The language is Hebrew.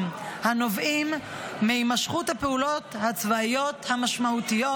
הנובעים מהימשכות הפעולות הצבאיות המשמעותיות,